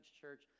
Church